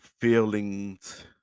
feelings